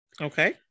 Okay